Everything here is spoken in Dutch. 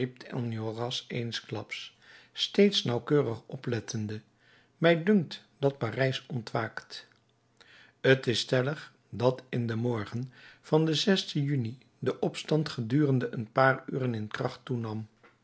enjolras eensklaps steeds nauwkeurig oplettende mij dunkt dat parijs ontwaakt t is stellig dat in den morgen van den juni de opstand gedurende een paar uren in